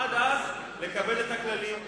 עד אז, לקבל את הכללים.